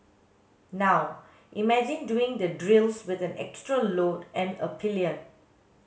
now imagine doing the drills with an extra load and a pillion